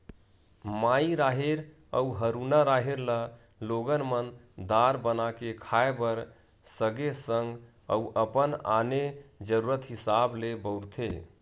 माई राहेर अउ हरूना राहेर ल लोगन मन दार बना के खाय बर सगे संग अउ अपन आने जरुरत हिसाब ले बउरथे